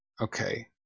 Okay